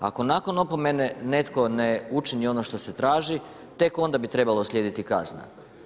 Ako nakon opomene netko ne učini ono što se traži, tek onda bi trebala slijediti kazna.